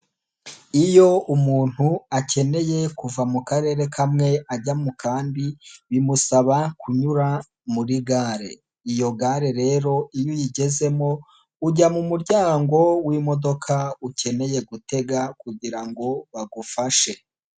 Iyo umuntu akeneye kuva mu karere kamwe ajya mu kandi, bimusaba kunyura muri gare, iyo gare rero iyo uyigezemo, ujya mu muryango w'imodoka ukeneye gutega, kugira ngo bagufashe.